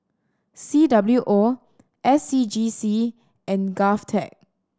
C W O S C G C and GovTech